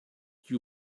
you